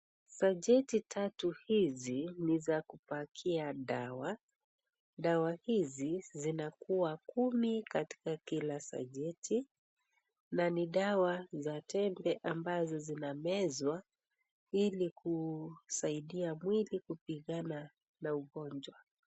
Sacheti tatu hizi ni za kupakia dawa, dawa hizi zinakuwa kumi katika kila sacheti na ni dawa za tembe ambazo zinamezwa ili kusaidia mwili kupigana na ugonjwa.